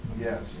Yes